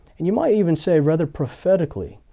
and you might even say rather prophetically,